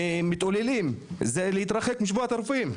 מתרחקים משבועת הרופאים